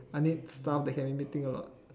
I need stuffs that can make me think a lot